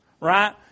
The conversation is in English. Right